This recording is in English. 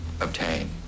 obtain